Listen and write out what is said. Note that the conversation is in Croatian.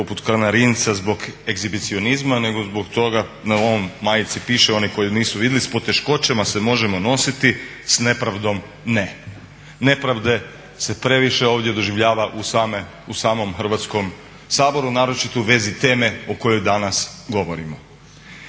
poput kanarinca zbog egzibicionizma, nego zbog toga na ovoj majici piše oni koji nisu vidjeli s poteškoćama se možemo nositi, s nepravdom ne. Nepravde se previše ovdje doživljava u samom Hrvatskom saboru naročito u vezi teme o kojoj danas govorimo.